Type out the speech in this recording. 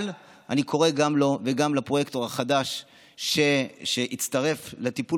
אני קורא גם לו וגם לפרויקטור החדש שהצטרף לטיפול